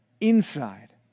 inside